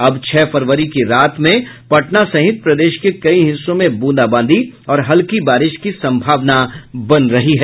अब छह फरवरी की रात में पटना सहित प्रदेश के कई हिस्सों में बूंदाबांदी और हल्की बारिश की सम्भावना बन रही है